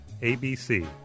ABC